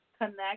connect